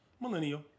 millennial